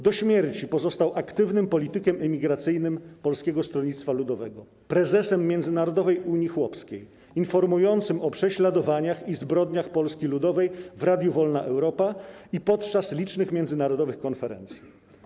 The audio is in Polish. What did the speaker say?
Do śmierci pozostał aktywnym politykiem emigracyjnego PSL, prezesem Międzynarodowej Unii Chłopskiej, informującym o prześladowaniach i zbrodniach Polski Ludowej w Radiu Wolna Europa i podczas licznych międzynarodowych konferencji.